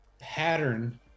pattern